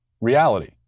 reality